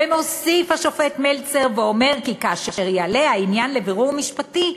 ומוסיף השופט מלצר ואומר: "כאשר יעלה העניין לבירור משפטי,